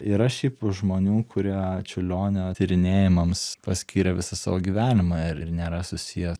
yra šiaip žmonių kurie čiurlionio tyrinėjimams paskyrė visą savo gyvenimą ir nėra susiję